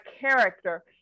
character